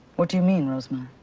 what do you mean, rosmer?